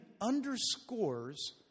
underscores